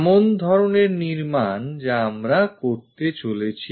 এমন ধরনের নির্মাণ যা আমরা তৈরি করতে চলেছি